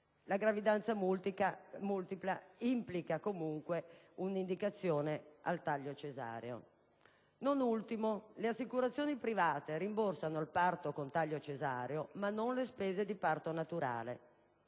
La gravidanza multipla implica, comunque, un'indicazione al taglio cesareo. Non ultimo, le assicurazioni private rimborsano il parto con taglio cesareo ma non le spese di parto naturale.